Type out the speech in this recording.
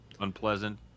unpleasant